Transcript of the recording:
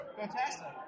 Fantastic